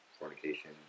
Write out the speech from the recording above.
fornication